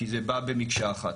כי זה בא במקשה אחת.